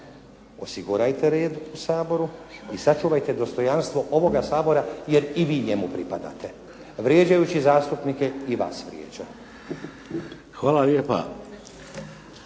osigurajte red u Saboru, i sačuvajte dostojanstvo ovoga Sabora jer i vi njemu pripadate. Vrijeđajući zastupnike i vas vrijeđa. **Šeks,